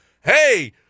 hey